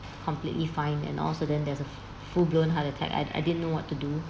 completely fine and all so then there's a full-blown heart attack I I didn't know what to do